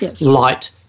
light